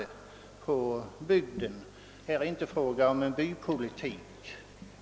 Här är det inte fråga om bypolitik.